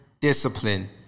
discipline